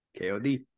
kod